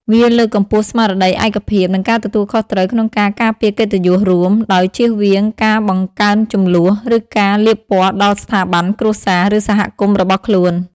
វាលើកកម្ពស់ស្មារតីឯកភាព និងការទទួលខុសត្រូវក្នុងការការពារកិត្តិយសរួម ដោយជៀសវាងការបង្កើនជម្លោះ ឬការលាបពណ៌ដល់ស្ថាប័ន គ្រួសារ ឬសហគមន៍របស់ខ្លួន។